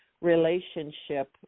relationship